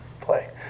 play